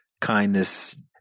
kindness